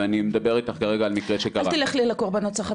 ואני מדבר איתך כרגע על מקרה שקרה --- אל תלך לי לקורבנות סחר,